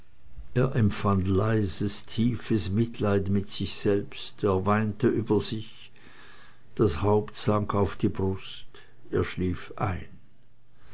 er empfand ein leises tiefes mitleid mit sich selbst er weinte über sich sein haupt sank auf die brust er schlief ein